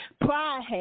Pride